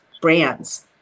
brands